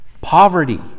poverty